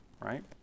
right